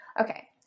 Okay